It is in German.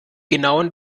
genauen